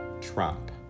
Trump